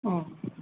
ம்